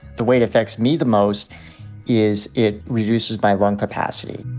the way it affects me the most is it reduces my lung capacity.